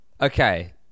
Okay